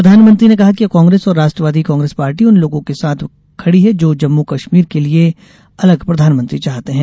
प्रधानमंत्री ने कहा कि कांग्रेस और राष्ट्रवादी कांग्रेस पार्टी उन लोगों के साथ खड़ी है जो जम्मू कश्मीर के लिये अलग प्रधानमंत्री चाहते हैं